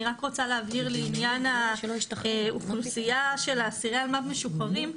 אני רק רוצה להבהיר לעניין של האוכלוסייה של אסירי אלמ"ב משוחררים,